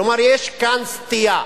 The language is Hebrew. כלומר יש כאן סטייה.